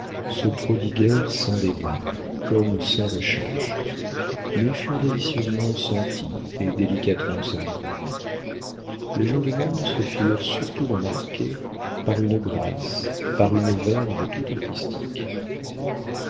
se prodiguèrent sans dédain comme sans recherche mais furent délicieusement senties et délicatement savourées les gens du monde se firent surtout remarquer par une grâce par une verve tout artistiques